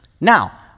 Now